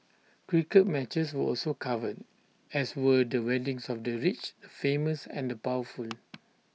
cricket matches were also covered as were the weddings of the rich the famous and the powerful